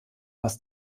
was